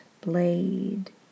blade